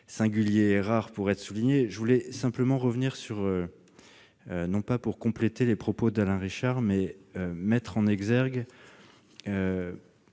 singulier et rare pour être souligné ! Je veux simplement, non pas compléter les propos d'Alain Richard, mais mettre en exergue